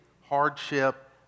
hardship